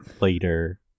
later